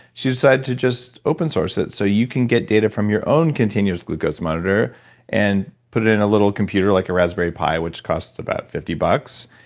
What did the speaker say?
she decided to just open source it so you can get data from your own continuous glucose monitor and put it in a little computer like a raspberry pie, which costs about fifty bucks.